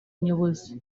nyobozi